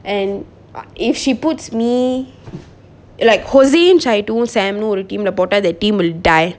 and if she puts me like jose chitu sam in a team ஒரு:oru team lah போட்டா:potta the team will die